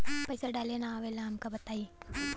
पईसा डाले ना आवेला हमका बताई?